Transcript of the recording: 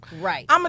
Right